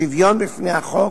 לשוויון בפני החוק,